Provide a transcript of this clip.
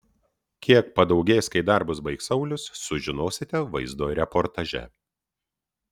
kiek padaugės kai darbus baigs saulius sužinosite vaizdo reportaže